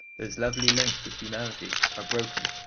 those lovely links with humanity are broken.